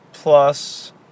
Plus